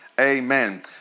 amen